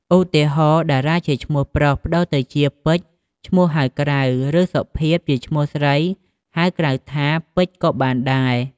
ឧទាហរណ៍ តារា ជាឈ្មោះប្រុស ប្តូរទៅជា ពេជ្យ ឈ្មោះហៅក្រៅ ឬ សុភាព ជាឈ្មោះស្រី ហៅក្រៅថា ពេជ្យ ក៏បានដែរ។